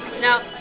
Now